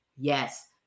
Yes